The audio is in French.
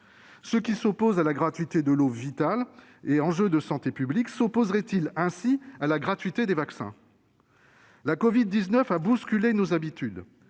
Ceux qui s'opposent à la gratuité de l'eau, vitale et enjeu de santé publique, s'opposeraient-ils aussi à la gratuité des vaccins ? La covid-19 a bousculé nos habitudes,